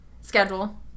Schedule